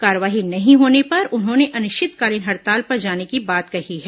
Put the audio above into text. कार्रवाई नहीं होने पर उन्होंने अनिश्चितकालीन हड़ताल पर जाने की बात कही है